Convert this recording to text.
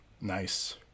Nice